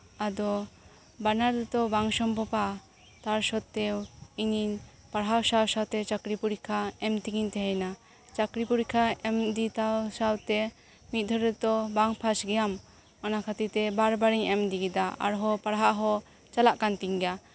ᱟᱫᱚ ᱵᱟᱱᱟᱨ ᱫᱚᱛᱚ ᱵᱟᱝ ᱥᱚᱢᱵᱷᱚᱵᱼᱟ ᱛᱟᱨ ᱥᱚᱛᱛᱮᱣ ᱤᱧᱤᱧ ᱯᱟᱲᱦᱟᱣ ᱥᱟᱶ ᱥᱟᱶᱛᱮ ᱪᱟᱹᱠᱨᱤ ᱯᱚᱨᱤᱠᱷᱟ ᱮᱢ ᱛᱮᱜᱤᱧ ᱛᱟᱦᱮᱭᱮᱱᱟ ᱪᱟᱹᱠᱨᱤ ᱯᱚᱨᱤᱠᱠᱷᱟ ᱮᱢ ᱤᱫᱤ ᱥᱟᱶ ᱥᱟᱶᱛᱮ ᱢᱤᱫ ᱫᱷᱟᱣ ᱨᱮᱫᱚ ᱵᱟᱢ ᱯᱟᱥ ᱜᱮᱭᱟᱢ ᱚᱱᱟ ᱠᱷᱟᱹᱛᱤᱨ ᱛᱮ ᱵᱟᱨ ᱵᱟᱨᱤᱧ ᱮᱢ ᱤᱫᱤᱭᱮᱫᱟ ᱟᱨᱦᱚ ᱯᱟᱲᱦᱟᱜ ᱦᱚ ᱪᱟᱞᱟᱜ ᱠᱟᱱ ᱛᱤᱧ ᱜᱮᱭᱟ